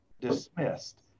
dismissed